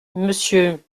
monsieur